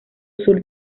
sur